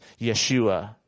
Yeshua